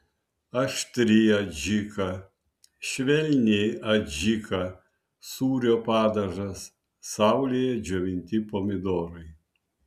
aštri adžika švelni adžika sūrio padažas saulėje džiovinti pomidorai